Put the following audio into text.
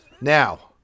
Now